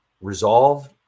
resolve